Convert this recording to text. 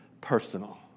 personal